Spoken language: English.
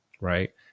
right